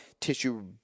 tissue